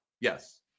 Yes